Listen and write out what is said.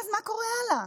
מה קורה הלאה?